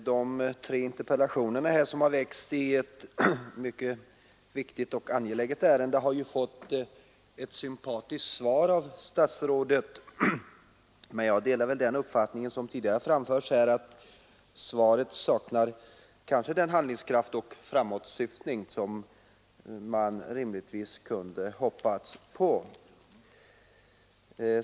Herr talman! Dessa tre interpellationer i ett mycket viktigt och angeläget ärende har fått ett sympatiskt svar av statsrådet. Jag delar emellertid uppfattningen att svaret saknar den handlingskraft och syftning som man rimligtvis hade kunnat hoppas på.